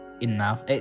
Enough